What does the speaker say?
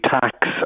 tax